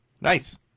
Nice